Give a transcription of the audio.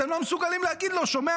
אתם לא מסוגלים להגיד לו: שומע,